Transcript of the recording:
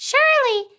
Surely